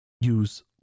use